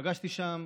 פגשתי שם